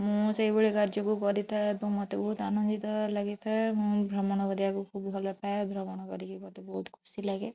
ମୁଁ ସେଇଭଳି କାର୍ଯ୍ୟକୁ କରିଥାଏ ଏବଂ ମୋତେ ବହୁତ ଆନନ୍ଦିତ ଲାଗିଥାଏ ମୁଁ ଭ୍ରମଣ କରିବାକୁ ଖୁବ ଭଲ ପାଏ ଭ୍ରମଣ କରିକି ମୋତେ ବହୁତ ଖୁସି ଲାଗେ